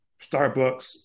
Starbucks